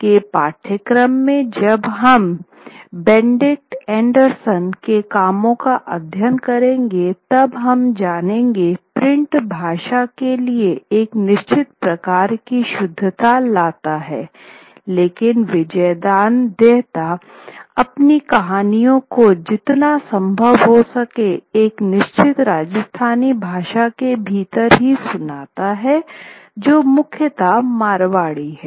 बाद के पाठ्यक्रम में जब हम बेनेडिक्ट एंडरसन के कामों का अध्ययन करेंगे तब हम जानेंगे प्रिंट भाषा के लिए एक निश्चित प्रकार की शुद्धता लाता है लेकिन विजयदान देथा अपनी कहानी को जितना संभव हो सके एक निश्चित राजस्थानी भाषा के भीतर ही सुनाता है जो मुख्यतः मारवाड़ी है